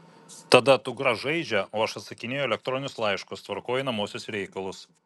tada dukra žaidžia o aš atsakinėju į elektroninius laiškus tvarkau einamuosius reikalus